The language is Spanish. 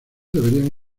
deberían